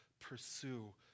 Pursue